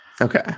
Okay